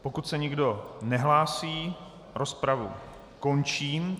Pokud se nikdo nehlásí, rozpravu končím.